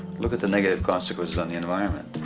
look at the negative consequences on the environment.